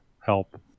help